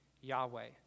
Yahweh